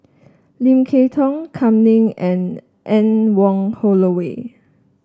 Lim Kay Tong Kam Ning and Anne Wong Holloway